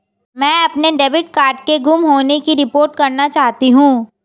मैं अपने debit card के गुम होने की रिपोर्ट करना चाहती हूँ